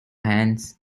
hands